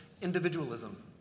individualism